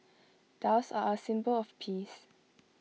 doves are A symbol of peace